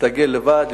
להסתגל לבד,